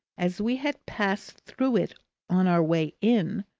as we had passed through it on our way in,